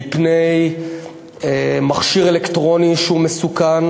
מפני מכשיר אלקטרוני שהוא מסוכן,